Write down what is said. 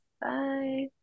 Bye